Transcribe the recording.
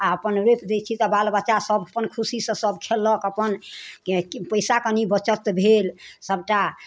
आ अपन रोपि दै छी तऽ बाल बच्चा सभ अपन खुशी से सभ खेलक अपन पैसा कनि बचत भेल सभटा